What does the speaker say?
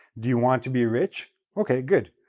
do you want to be rich? okay, good.